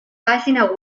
pàgina